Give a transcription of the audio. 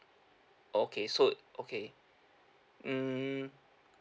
okay so okay mm